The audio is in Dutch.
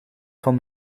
van